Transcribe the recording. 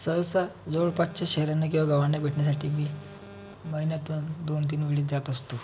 सहसा जवळपासच्या शहरांना किंवा गावांना भेटण्यासाठी मी महिन्यातून दोनतीन वेळी जात असतो